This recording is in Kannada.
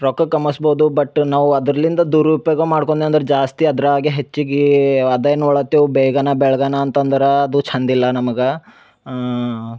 ರೊಕ್ಕ ಕಮಾಯಿಸ್ಬೌದು ಬಟ್ ನಾವು ಅದರಿಂದ ದುರುಪಯೋಗ ಮಾಡ್ಕೊಂಡೆ ಅಂದ್ರೆ ಜಾಸ್ತಿ ಅದರಾಗೆ ಹೆಚ್ಚಿಗೆ ಅದಾಯ್ ನೋಡತ್ತೆವು ಬೇಗನ ಬೆಳ್ಗನ ಅಂತಂದ್ರೆ ಅದು ಚಂದಿಲ್ಲ ನಮ್ಗೆ ಆಂ